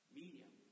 medium